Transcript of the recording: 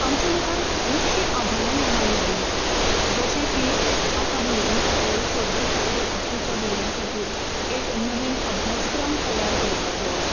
आमच्या मुखार खूबशीं आव्हानां निर्माण जालीं जशें की आतां भुरग्यां खातीर सव्वी सातवी आठवेच्या भुरग्यां खातीर एक नवीन अभ्यासक्रम तयार करपाचो